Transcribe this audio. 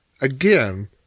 Again